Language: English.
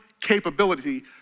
capability